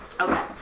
Okay